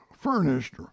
furnished